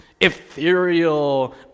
ethereal